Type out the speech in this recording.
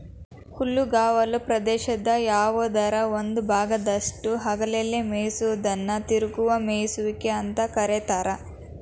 ಹುಲ್ಲುಗಾವಲ ಪ್ರದೇಶದ ಯಾವದರ ಒಂದ ಭಾಗದಾಗಷ್ಟ ಹಗಲೆಲ್ಲ ಮೇಯಿಸೋದನ್ನ ತಿರುಗುವ ಮೇಯಿಸುವಿಕೆ ಅಂತ ಕರೇತಾರ